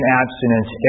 abstinence